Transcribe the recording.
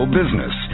business